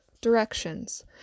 Directions